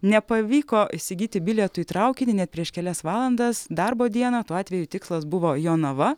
nepavyko įsigyti bilietų į traukinį net prieš kelias valandas darbo dieną tuo atveju tikslas buvo jonava